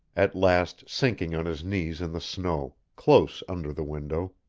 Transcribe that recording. at last sinking on his knees in the snow, close under the window,